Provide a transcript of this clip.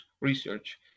research